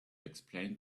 explain